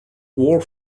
war